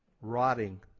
rotting